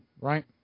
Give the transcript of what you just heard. right